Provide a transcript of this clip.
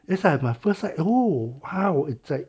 that's why I had my first like oh !wow! it's like